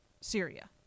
Syria